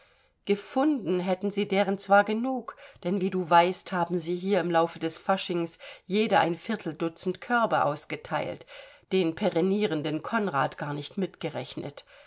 gefunden hätten sie deren zwar genug denn wie du weißt haben sie hier im laufe des faschings jede ein vierteldutzend körbe ausgeteilt den perennierenden konrad gar nicht mitgerechnet